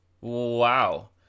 Wow